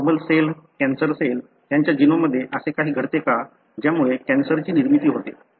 एक normal cell cancer cell त्यांच्या जीनोममध्ये असे काही घडते का ज्यामुळे कॅन्सरची निर्मिती होते